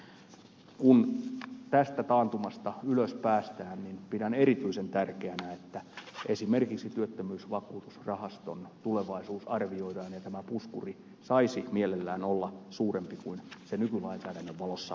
kun tästä taantumasta ylös päästään pidän erityisen tärkeänä että esimerkiksi työttömyysvakuutusrahaston tulevaisuus arvioidaan ja tämä puskuri saisi mielellään olla suurempi kuin se nykylainsäädännön valossa mahdollista on